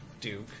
duke